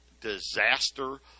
disaster